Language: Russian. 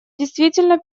действительно